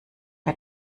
bei